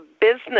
business